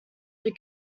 were